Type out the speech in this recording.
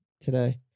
today